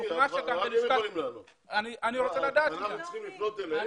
אנחנו צריכים לפנות אליהם?